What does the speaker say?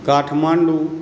Kathmandu